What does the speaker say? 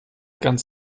ganz